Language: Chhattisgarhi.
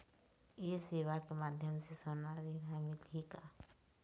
ये सेवा के माध्यम से सोना ऋण हर मिलही का?